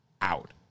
out